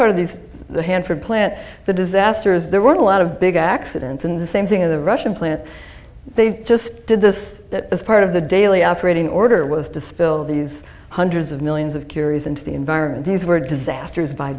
part of these the hanford plant the disaster is there were a lot of big accidents and the same thing in the russian plant they just did this as part of the daily operating order was to spill these hundreds of millions of curious into the environment these were disasters by